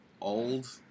old